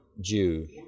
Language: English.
Jew